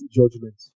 judgment